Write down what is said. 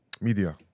Media